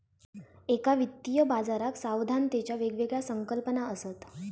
एका वित्तीय बाजाराक सावधानतेच्या वेगवेगळ्या संकल्पना असत